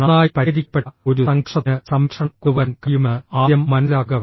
നന്നായി പരിഹരിക്കപ്പെട്ട ഒരു സംഘർഷത്തിന് സംരക്ഷണം കൊണ്ടുവരാൻ കഴിയുമെന്ന് ആദ്യം മനസ്സിലാക്കുക